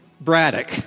Braddock